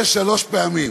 זה שלוש פעמים.